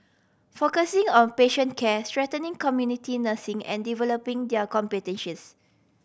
focusing on patient care strengthening community nursing and developing their competencies